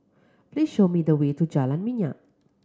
please show me the way to Jalan Minyak